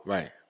Right